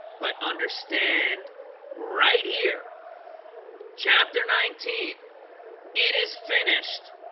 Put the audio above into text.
but understand right here chapter nineteen it is finished